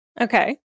Okay